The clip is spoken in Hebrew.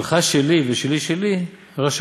שלך שלי ושלי שלי, רשע."